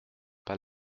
pas